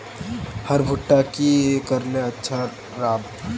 हमर भुट्टा की करले अच्छा राब?